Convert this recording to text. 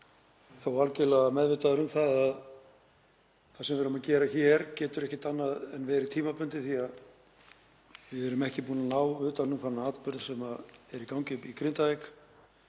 ég algjörlega meðvitaður um að það sem við erum að gera hér getur ekki verið annað en tímabundið því að við erum ekki búin að ná utan um þennan atburð sem er í gangi í Grindavík.